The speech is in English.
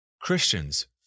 Christians